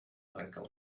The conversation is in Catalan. trencar